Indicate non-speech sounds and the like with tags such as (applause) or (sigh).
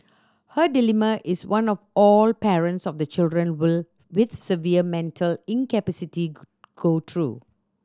her dilemma is one of all parents of children (unintelligible) with severe mental incapacity go through